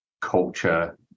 culture